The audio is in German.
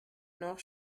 noch